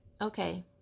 Okay